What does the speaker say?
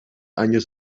años